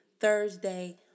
Thursday